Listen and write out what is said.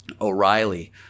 O'Reilly